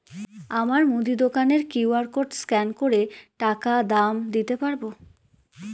আমার মুদি দোকানের কিউ.আর কোড স্ক্যান করে টাকা দাম দিতে পারব?